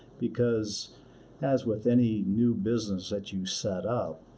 because as with any new business that you set up,